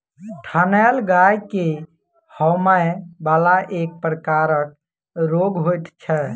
थनैल गाय के होमय बला एक प्रकारक रोग होइत छै